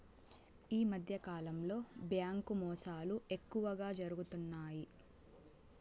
ఈ మధ్యకాలంలో బ్యాంకు మోసాలు ఎక్కువగా జరుగుతున్నాయి